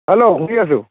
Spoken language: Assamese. হেল্ল' শুনি আছোঁ